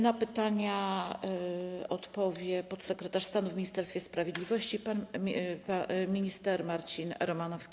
Na pytania odpowie podsekretarz stanu w Ministerstwie Sprawiedliwości pan minister Marcin Romanowski.